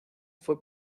fue